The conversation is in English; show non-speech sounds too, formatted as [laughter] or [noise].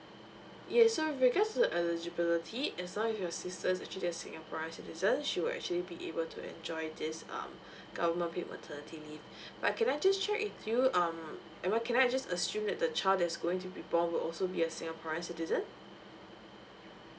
yes so with regards to the eligibility as long as your sister is actually a singaporean citizen she will actually be able to enjoy this um [breath] government paid maternity leave [breath] but can I just check with you um I mean can I just assume that the child that's going to be born will also be a singaporean citizen